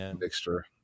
mixture